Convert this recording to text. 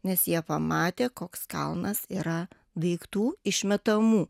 nes jie pamatė koks kalnas yra daiktų išmetamų